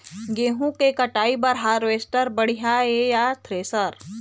गेहूं के कटाई बर हारवेस्टर बढ़िया ये या थ्रेसर?